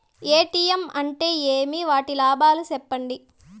ATM అంటే ఏమి? వాటి లాభాలు సెప్పండి?